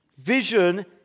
Vision